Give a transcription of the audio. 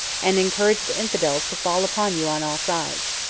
and encourage the infidels to fall upon you on all sides.